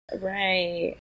Right